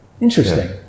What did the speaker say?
Interesting